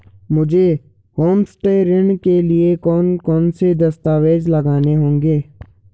मुझे होमस्टे ऋण के लिए कौन कौनसे दस्तावेज़ लगाने होंगे?